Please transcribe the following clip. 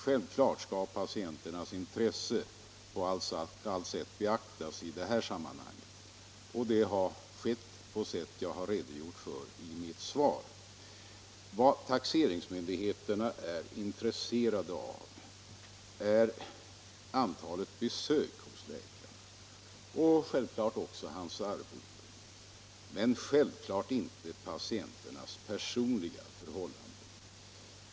Självfallet skall patienternas intresse på allt sätt beaktas i de här sammanhangen, och det har skett på det sätt jag redogjort för i mitt svar. Vad taxeringsmyndigheterna är intresserade av är antalet besök hos läkarna och givetvis också deras arvode, men självfallet inte patienternas personliga förhållanden.